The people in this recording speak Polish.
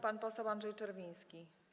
Pan poseł Andrzej Czerwiński.